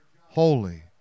Holy